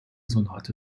sonate